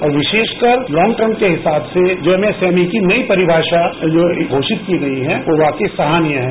और विरोष कर लांगटर्म के हिसाब से जो एमएसएमई की नई परिमाषा घोषित की गई है वो वाकई सराहनीय है